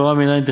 תורה מנין?